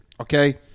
okay